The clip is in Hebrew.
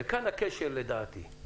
כאן הכשל לדעתי.